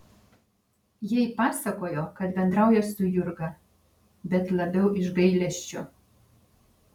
jai pasakojo kad bendrauja su jurga bet labiau iš gailesčio